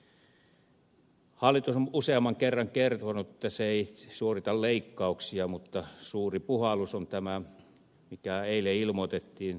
hallitus on usean kerran kertonut että se ei suorita leikkauksia mutta suuri puhallus on tämä mikä eilen ilmoitettiin